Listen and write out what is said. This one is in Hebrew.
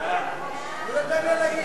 ההצעה להעביר